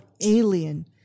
Alien